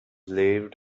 lived